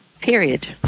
period